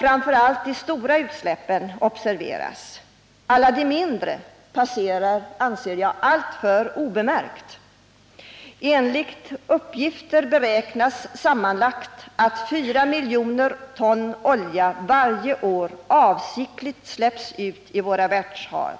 Framför allt de stora utsläppen observeras nu, men alla de mindre passerar, anser jag, alltför obemärkt. Enligt uppgifter beräknas att sammanlagt 4 miljoner ton olja varje år avsiktligt släpps ut i våra världshav.